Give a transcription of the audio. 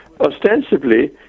ostensibly